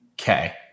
Okay